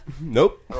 Nope